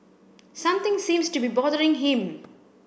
something seems to be bothering him